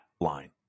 line